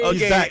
Okay